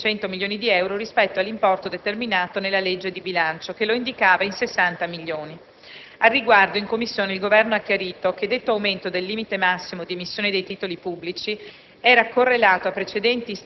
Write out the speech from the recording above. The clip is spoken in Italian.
con un aumento di 6.500 milioni di euro rispetto all'importo determinato nella legge di bilancio che lo indicava in 60.000 milioni. Al riguardo, in Commissione il Governo ha chiarito che detto aumento del limite massimo di emissione dei titoli pubblici